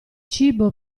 cibo